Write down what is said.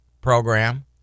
program